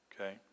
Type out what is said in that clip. Okay